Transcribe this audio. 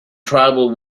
tribal